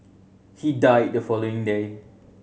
he died the following day